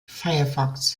firefox